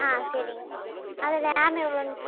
ஆ சரிங்க அது ரேம் எவ்வளோன்னு